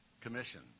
commission